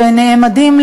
שנאמדים,